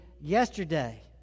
Yesterday